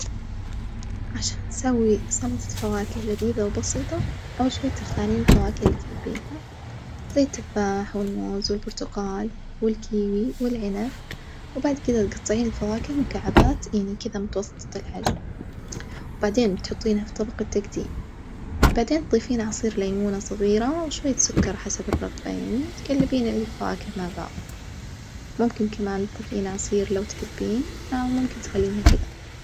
عشان تسوي سلطة فواكه لذيذة وبسيطة أول شي بتختارين الفواكه التحبينها زي التفاح والموز والبرتقال والكيوي والعنب وبعد كدة تجطعين الفواكه مكعبات يعني كدة متوسطة الحجم وبعدين بتحطينها في طبج التجديم, بعدين تضيفين عصير ليمونة صغيرة وشوية سكر حسب الرغبة يعني وتجلبين الفواكه مع بعض، ممكن كمان تضيفين عصير لو تحبين أو ممكن تخليها كدة.